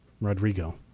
Rodrigo